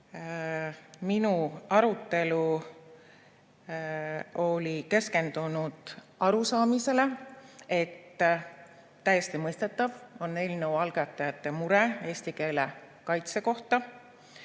arutelu oli keskendunud arusaamisele, et täiesti mõistetav on eelnõu algatajate mure eesti keele kaitse